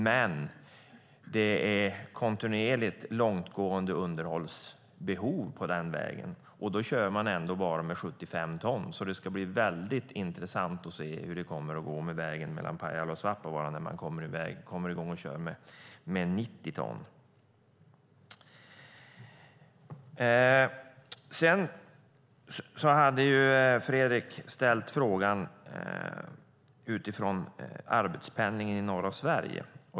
Men det är kontinuerligt långtgående underhållsbehov på den vägen, och då kör man ändå bara med 75 ton. Det ska bli väldigt intressant att se hur det kommer att gå med vägen mellan Pajala och Svappavaara när man kommer i gång och kör med 90 ton. Fredrik Lundh Sammeli ställde frågan utifrån arbetspendlingen i norra Sverige.